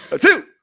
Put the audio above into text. two